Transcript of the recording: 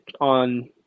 on